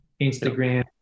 Instagram